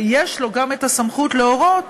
ויש לו גם הסמכות להורות